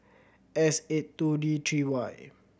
S eight two D three Y